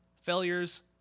failures